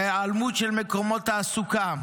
היעלמות של מקומות תעסוקה,